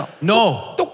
No